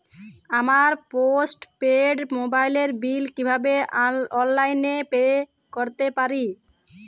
আমার postpaid মোবাইলের bill কীভাবে অনলাইনে পে করতে পারি?